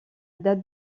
date